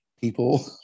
people